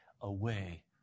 away